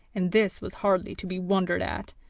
and this was hardly to be wondered at,